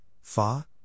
Fa